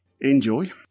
Enjoy